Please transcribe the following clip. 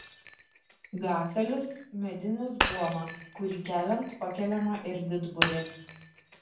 gafelis medinis buomas kurį keliant pakeliama ir didburė